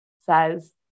says